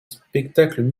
spectacle